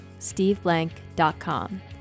steveblank.com